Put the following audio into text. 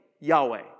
Yahweh